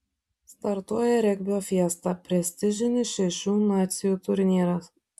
startuoja regbio fiesta prestižinis šešių nacijų turnyras